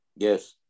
Yes